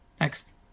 Next